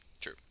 True